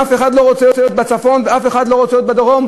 אף אחד לא רוצה להיות בצפון ואף אחד לא רוצה להיות בדרום,